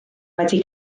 wedi